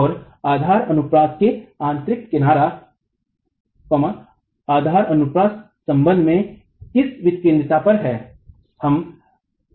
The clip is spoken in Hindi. और आधार अनुप्रस्थ के आंतरिक किनारा आधार अनुप्रस्थ सम्बन्ध में किस विकेंद्रिता पर है